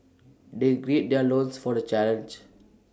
they gird their loins for the challenge